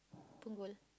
Punggol